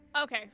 Okay